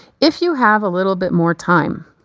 if you have a little bit more time,